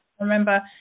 remember